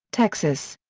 texas.